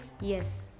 yes